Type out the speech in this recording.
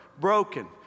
broken